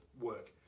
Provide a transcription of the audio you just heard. work